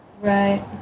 Right